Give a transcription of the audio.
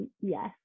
Yes